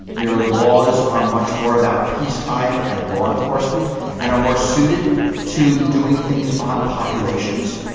their laws are much more about peace time and law enforcement and are more suited to doing things on populations.